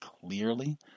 clearly